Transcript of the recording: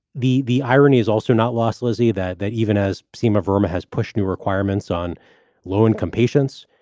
the the irony is also not lost, lizzy, that that even as sima burma has pushed new requirements on low income patients,